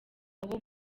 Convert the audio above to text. aho